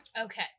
Okay